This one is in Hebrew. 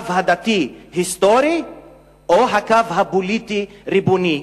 הקו הדתי-היסטורי או הקו הפוליטי-ריבוני.